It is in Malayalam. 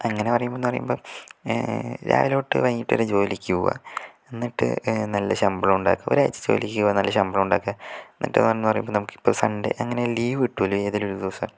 അങ്ങനെ പറയുമ്പോൾ പറയുമ്പോൾ രാവിലെ തൊട്ട് വൈകിയിട്ട് വരെ ജോലിക്ക് പോകുക എന്നിട്ട് നല്ല ശമ്പളം ഉണ്ടാക്കുക ഒരു ആഴ്ച ജോലിക്ക് പോകുക നല്ല ശമ്പളം ഉണ്ടാക്കുക എന്നിട്ട് പറയുമ്പോൾ ഇപ്പോൾ നമുക്ക് സൺഡേ അങ്ങനെ ലീവ് കിട്ടില്ല ഏതെങ്കിലും ഒരു ദിവസം